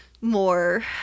more